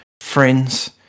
friends